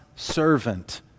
servant